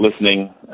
Listening